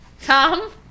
Tom